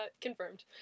Confirmed